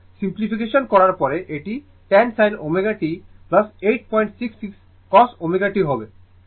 সুতরাং সিমপ্লিফিকেশন করার পরে এটি 10 sin ω t 866 cos ω t হবে